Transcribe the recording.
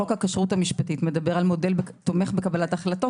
חוק הכשרות המשפטית מדבר על מודל תומך בקבלת החלטות,